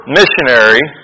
missionary